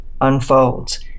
unfolds